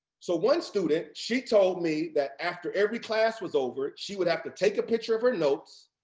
so one student, she told me that after every class was over, she would have to take a picture of her notes,